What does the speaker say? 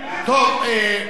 אבינו, טוב.